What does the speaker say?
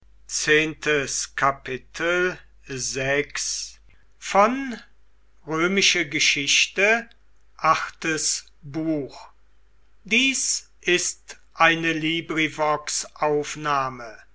sind ist eine